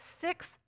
six